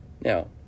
Now